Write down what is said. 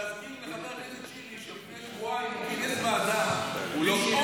להזכיר לחבר הכנסת שירי שלפני שבועיים הוא כינס